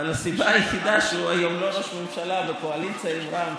אבל הסיבה היחידה שהוא היום לא ראש ממשלה בקואליציה עם רע"מ,